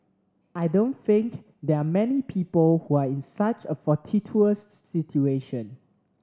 I don't think there are many people who are in such a fortuitous situation